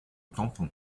tampon